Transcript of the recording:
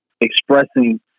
expressing